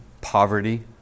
poverty